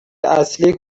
اصلی